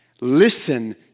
Listen